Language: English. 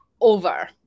over